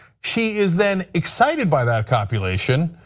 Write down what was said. she is then excited by that copulation,